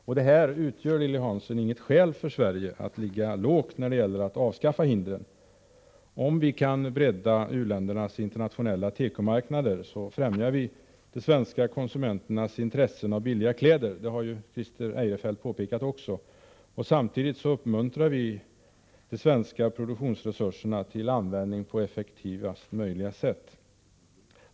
Men det utgör, Lilly Hansson, inget skäl för Sverige att ligga lågt när det gäller att avskaffa hindren. Om vi kan bredda u-ländernas internationella tekomarknader, främjar vi de svenska konsumenternas intresse av billiga kläder — det har Christer Eirefelt påpekat också — och samtidigt uppmuntrar vi de svenska produktionsresurserna till användning på effektivaste möjliga sätt.